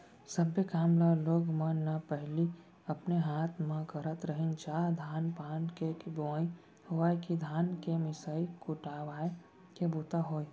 सब्बे काम ल लोग मन न पहिली अपने हाथे म करत रहिन चाह धान पान के बोवई होवय कि धान के मिसाय कुटवाय के बूता होय